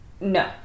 No